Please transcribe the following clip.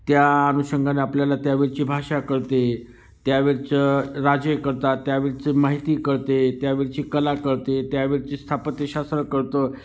त्या अनुषंगाने आपल्याला त्यावेळची भाषा कळते त्यावेळचं राजे करतात त्यावेळचं माहिती कळते त्यावेळची कला कळते त्यावेळची स्थापत्यशास्त्र कळतं